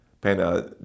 Pena